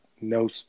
no